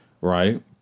right